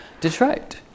Detroit